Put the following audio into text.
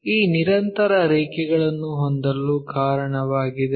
ಆದ್ದರಿಂದ ಈ ನಿರಂತರ ರೇಖೆಗಳನ್ನು ಹೊಂದಲು ಕಾರಣವಾಗಿದೆ